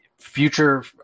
future